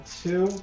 two